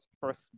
first